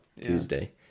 tuesday